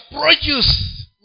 produce